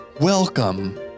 Welcome